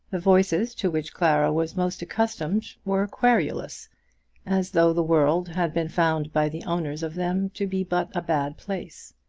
the voices to which clara was most accustomed were querulous as though the world had been found by the owners of them to be but a bad place.